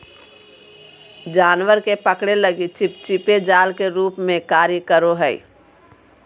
जानवर के पकड़े लगी चिपचिपे जाल के रूप में कार्य करो हइ